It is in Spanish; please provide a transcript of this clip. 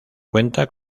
cuenta